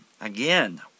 Again